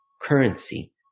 currency